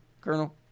Colonel